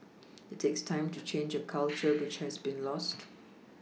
it takes time to change a culture which has been lost